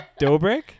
Dobrik